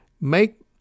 make